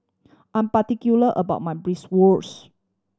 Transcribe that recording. I'm particular about my Bratwurst